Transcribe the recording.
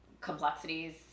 complexities